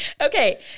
Okay